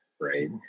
right